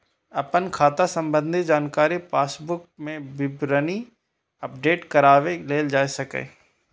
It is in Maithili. अपन खाता संबंधी जानकारी पासबुक मे विवरणी अपडेट कराके लेल जा सकैए